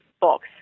box